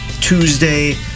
Tuesday